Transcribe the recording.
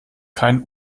kein